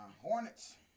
Hornets